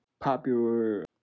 popular